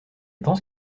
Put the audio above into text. penses